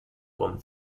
con